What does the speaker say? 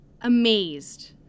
amazed